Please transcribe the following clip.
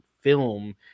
film